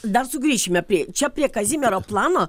dar sugrįšime prie čia prie kazimiero plano